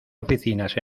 oficinas